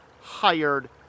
hired